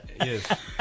Yes